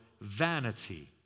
vanity